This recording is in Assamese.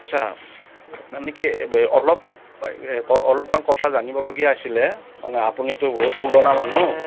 আচ্ছা মানে কি অলপ অলপমান কথা জানিবলগীয়া আছিলে মানে আপুনিতো বহুত পুৰণা মানুহ